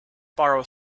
borrow